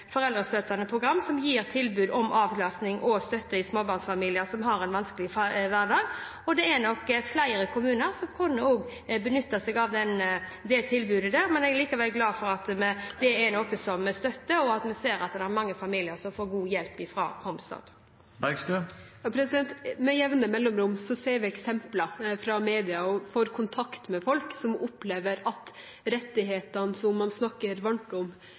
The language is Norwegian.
foreldrestøttende program som gir tilbud om avlastning og støtte til småbarnsfamilier som har en vanskelig hverdag. Det er nok flere kommuner som også kunne hatt det tilbudet, men jeg er likevel glad for at det fins – det er noe som vi støtter, og vi ser at det er mange familier som får god hjelp av Home-Start. Med jevne mellomrom ser vi eksempler i media, og vi har kontakt med folk som opplever at rettighetene som man snakker varmt om